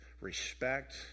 respect